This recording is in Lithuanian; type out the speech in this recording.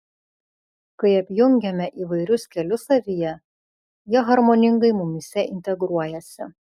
kai apjungiame įvairius kelius savyje jie harmoningai mumyse integruojasi